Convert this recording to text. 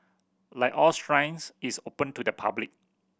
like all shrines it's open to the public